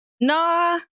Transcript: Nah